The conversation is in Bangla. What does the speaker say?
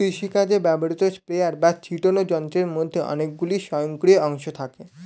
কৃষিকাজে ব্যবহৃত স্প্রেয়ার বা ছিটোনো যন্ত্রের মধ্যে অনেকগুলি স্বয়ংক্রিয় অংশ থাকে